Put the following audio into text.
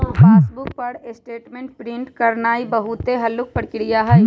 passbook पर statement print करानाइ बहुते हल्लुक प्रक्रिया हइ